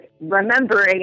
remembering